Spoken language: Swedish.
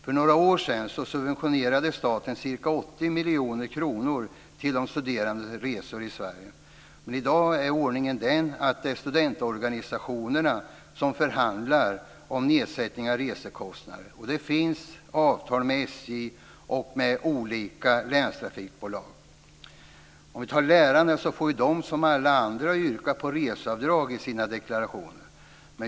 För några år sedan subventionerade staten ca 80 miljoner till studerandes resor i Sverige. I dag är ordningen den att det är studerandeorganisationerna som förhandlar om nedsättning av resekostnader, och det finns avtal med SJ och olika länstrafikbolag. Lärarna får som alla andra yrka på reseavdrag i sina deklarationer.